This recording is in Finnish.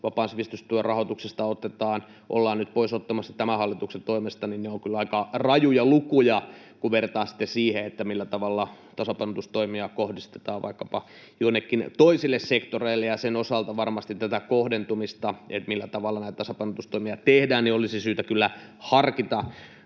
vapaan sivistystyön rahoituksesta ollaan nyt pois ottamassa tämän hallituksen toimesta, niin ne ovat kyllä aika rajuja lukuja, kun verrataan siihen, millä tavalla tasapainotustoimia kohdistetaan vaikkapa joillekin toisille sektoreille. Sen osalta varmasti tätä kohdentumista — sitä, millä tavalla näitä tasapainotustoimia tehdään — olisi syytä kyllä harkita